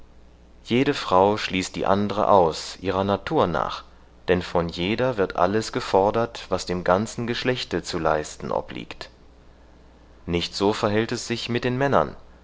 jede frau schließt die andre aus ihrer natur nach denn von jeder wird alles gefordert was dem ganzen geschlechte zu leisten obliegt nicht so verhält es sich mit den männern